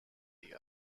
the